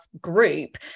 group